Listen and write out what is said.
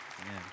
Amen